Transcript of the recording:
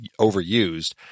overused